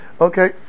Okay